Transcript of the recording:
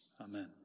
Amen